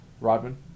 Rodman